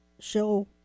show